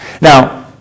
Now